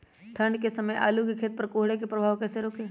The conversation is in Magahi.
ठंढ के समय आलू के खेत पर कोहरे के प्रभाव को कैसे रोके?